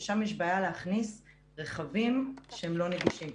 ששם יש בעיה להכניס רכבים שהם לא נגישים.